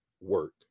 work